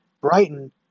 Brighton